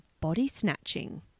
body-snatching